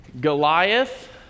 Goliath